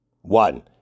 One